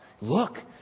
Look